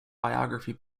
biography